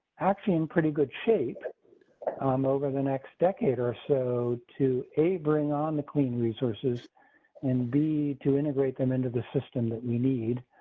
actually, and pretty good shape um over the next decade or so to a bring on the clean resources and b, to integrate them into the system that we need.